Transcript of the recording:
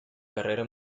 carrera